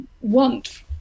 want